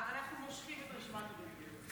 אנחנו מושכים את רשימת הדוברים.